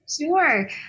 sure